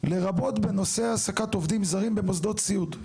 לרבות בנושא העסקת עובדים זרים במוסדות סיעוד.